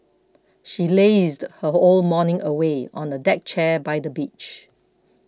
she lazed her whole morning away on a deck chair by the beach